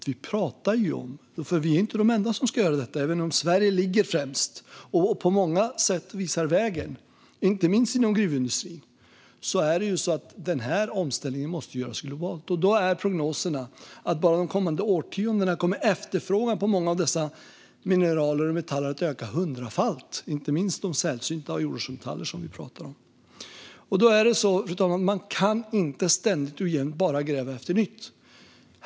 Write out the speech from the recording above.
Vi är inte heller de enda som ska göra detta; även om Sverige ligger främst och på många sätt visar vägen, inte minst inom gruvindustrin, är det så att den här omställningen måste göras globalt. Prognoserna är därför att efterfrågan på dessa mineral och metaller kommer att öka hundrafalt bara under de kommande årtiondena. Det gäller inte minst de sällsynta jordartsmetaller vi talar om. Då är det också så, fru talman, att man inte ständigt och jämt kan bara gräva efter nytt.